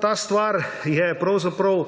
ta stvar pravzaprav